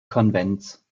konvents